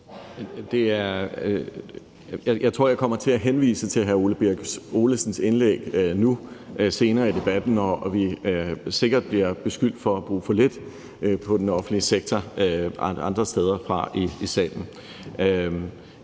Jeg tror, at jeg kommer til at henvise til hr. Ole Birk Olesens indlæg senere i debatten, når vi sikkert fra andre steder i salen bliver beskyldt for at bruge for lidt på den offentlige sektor. Jeg synes, at der